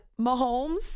Mahomes